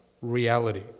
reality